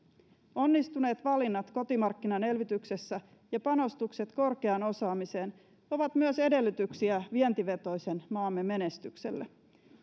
onnistuneet valinnat kotimarkkinan elvytyksessä ja panostukset korkeaan osaamiseen ovat myös edellytyksiä vientivetoisen maamme menestykselle